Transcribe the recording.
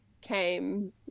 came